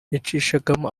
yacishagamo